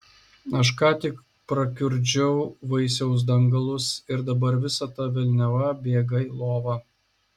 o aš ką tik prakiurdžiau vaisiaus dangalus ir dabar visa ta velniava bėga į lovą